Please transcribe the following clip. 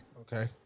Okay